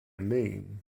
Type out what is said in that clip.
mean